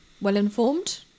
Well-informed